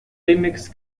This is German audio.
remix